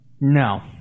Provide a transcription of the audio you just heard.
No